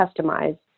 customize